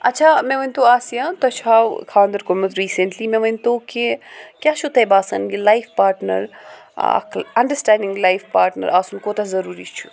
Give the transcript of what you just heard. آچھا مےٚ ؤنۍ تو آسیَہ تۄہہِ چھُو ہَو خانٛدَر کوٚرمُت ریٖسیٚنٛٹلی مےٚ ؤنۍ تو کہِ کیٛاہ چھُو تۄہہِ باسان یہِ لایِف پَارٹنَر اَکھ اَنٛڈَرسٕٹینٛڈِنٛگ لایِف پَارٹنَر آسُن کوٗتاہ ضروٗری چھُ